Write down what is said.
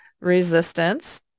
resistance